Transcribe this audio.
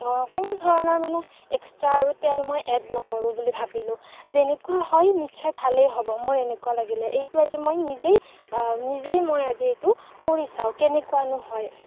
কোনো ধৰণৰ মানে এক্সট্ৰা আৰু তেল মই এদ নকৰো বুলি ভাবিলোঁ যেনেকুৱা হয় নিশ্চয় ভালেই হ'ব মোৰ এনেকুৱা লাগিলে এইটো আজি মই নিজেই নিজেই মই আজি এইটো কৰি চাও কেনেকুৱানো হয়